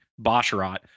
Bosharat